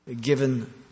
Given